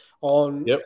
on